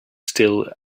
still